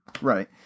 Right